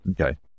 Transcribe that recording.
okay